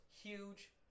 huge